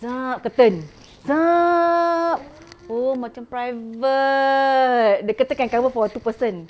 zap~ curtain zap~ oo macam private the curtain can cover for two person